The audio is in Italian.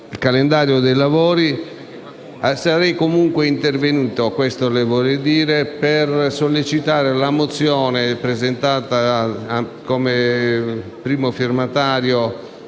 del calendario dei lavori, sarei comunque intervenuto per sollecitare la mozione presentata da me come primo firmatario,